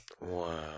Wow